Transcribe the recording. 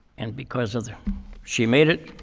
and because of she made it.